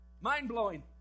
Mind-blowing